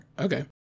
okay